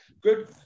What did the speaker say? good